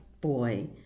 boy